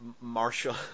Marshall